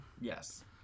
yes